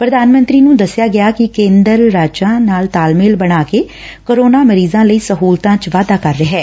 ਪੁਧਾਨ ਮੰਤਰੀ ਨੂੰ ਦਸਿਆ ਕਿ ਕੇਂਦਰ ਰਾਜਾਂ ਨਾਲ ਤਾਲਮੇਲ ਬਣਾ ਕੇ ਕੋਰੋਨਾ ਮਰੀਜਾਂ ਲਈ ਸਹੁਲਤਾਂ ਚ ਵਾਧਾ ਕਰ ਰਿਹੈ